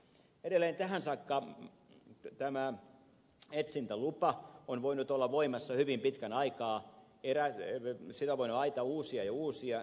edelleen tähän saakka tämä etsintälupa on voinut olla voimassa hyvin pitkän aikaa sitä on voinut uusia ja uusia